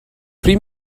pryd